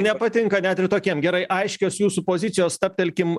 nepatinka net ir tokiem gerai aiškios jūsų pozicijos stabtelkim